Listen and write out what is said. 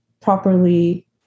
properly